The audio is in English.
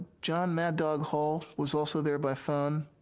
jon mad dog hall was also there by phone.